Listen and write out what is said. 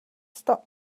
stop